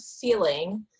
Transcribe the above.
feeling